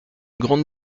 grande